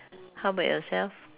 how about yourself